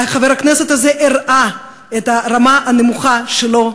חבר הכנסת הזה הראה את הרמה הנמוכה שלו,